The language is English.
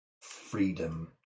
freedom